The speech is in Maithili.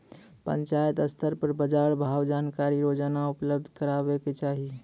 पंचायत स्तर पर बाजार भावक जानकारी रोजाना उपलब्ध करैवाक चाही?